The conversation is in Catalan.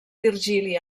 virgili